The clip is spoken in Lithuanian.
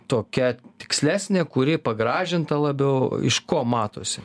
tokia tikslesnė kuri pagražinta labiau iš ko matosi